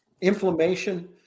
inflammation